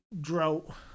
drought